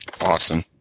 Awesome